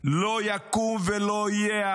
לא יקום ולא יהיה.